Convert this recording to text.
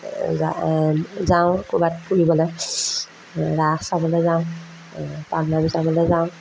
যাওঁ যাওঁ ক'ৰবাত ফুৰিবলৈ ৰাস চাবলৈ যাওঁ পালনাম চাবলৈ যাওঁ